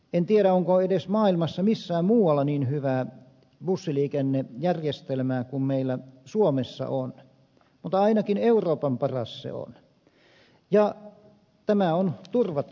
en tiedä onko edes missään muualla maailmassa niin hyvää bussiliikennejärjestelmää kuin meillä suomessa on mutta ainakin euroopan paras se on ja tämä on turvattava